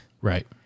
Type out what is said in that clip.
Right